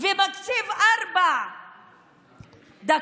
מקציב ארבע דקות